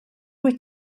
wyt